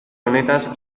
honetaz